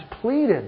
Pleaded